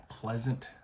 Pleasant